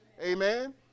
Amen